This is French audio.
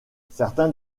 certains